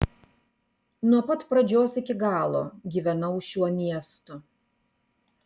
nuo pat pradžios iki galo gyvenau šiuo miestu